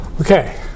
Okay